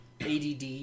ADD